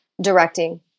directing